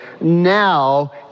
now